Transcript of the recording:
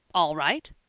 all right!